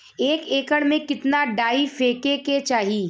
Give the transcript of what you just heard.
एक एकड़ में कितना डाई फेके के चाही?